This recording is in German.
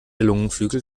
lungenflügel